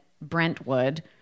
Brentwood